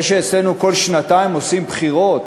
זה שאצלנו כל שנתיים עושים בחירות,